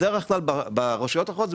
ברשויות אחרות,